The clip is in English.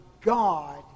God